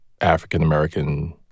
African-American